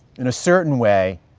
in a certain way,